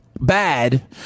bad